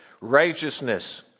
righteousness